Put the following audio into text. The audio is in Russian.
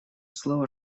слово